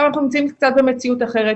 עכשיו אנחנו נמצאים קצת במציאות אחרת.